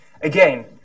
again